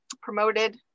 promoted